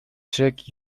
check